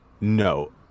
no